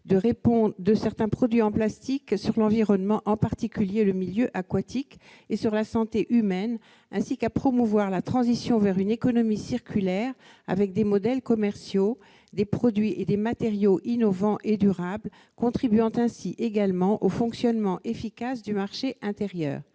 l'incidence de certains produits en plastique sur l'environnement, en particulier le milieu aquatique, et sur la santé humaine ainsi qu'à promouvoir la transition vers une économie circulaire avec des modèles commerciaux, des produits et des matériaux innovants et durables, contribuant ainsi également au fonctionnement efficace du marché intérieur